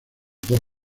dos